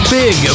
big